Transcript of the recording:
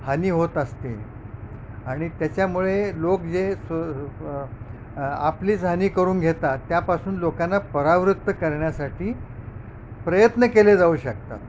हानी होत असते आणि त्याच्यामुळे लोक जे सो आपलीच हानी करून घेतात त्यापासून लोकांना परावृत्त करण्यासाठी प्रयत्न केले जाऊ शकतात